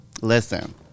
listen